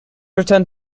return